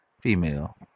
female